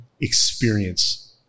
experience